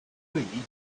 flee